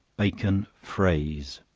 bacon fraise.